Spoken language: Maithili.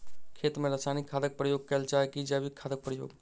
खेत मे रासायनिक खादक प्रयोग कैल जाय की जैविक खादक प्रयोग?